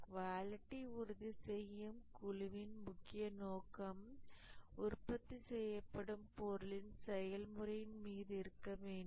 quality உறுதி செய்யும் குழுவின் முக்கிய நோக்கம் உற்பத்தி செய்யப்படும் பொருளின் செயல்முறையின் மீது இருக்க வேண்டும்